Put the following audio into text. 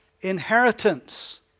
inheritance